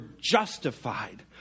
justified